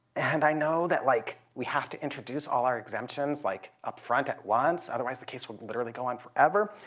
and i know that, like, we have to introduce all our exemptions, like, upfront at once, otherwise the case will literally go on forever,